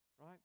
right